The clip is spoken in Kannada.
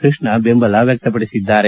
ಕೃಷ್ಣ ಬೆಂಬಲ ವ್ಯಕ್ತಪಡಿಸಿದ್ದಾರೆ